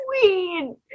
queen